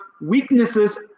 weaknesses